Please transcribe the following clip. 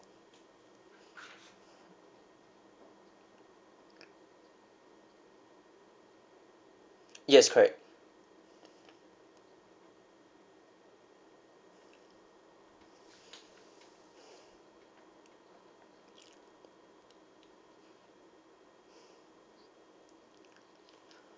yes correct